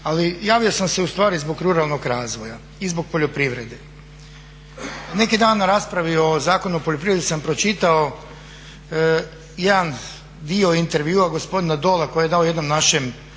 Ali javio sam se ustvari zbog ruralnog razvoja i zbog poljoprivrede. Neki dan na raspravi o Zakonu o poljoprivredi sam pročitao jedan dio intervjua gospodina Dola koji je dao jednom našem